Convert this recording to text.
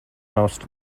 most